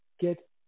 get